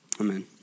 amen